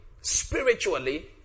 spiritually